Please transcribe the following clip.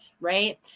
right